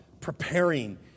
preparing